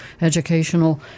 educational